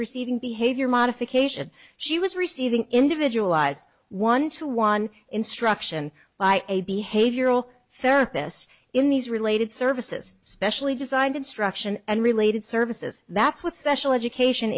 receiving behavior modification she was receiving individualized one to one instruction by a behavioral therapist in these related services specially designed instruction and related services that's what special education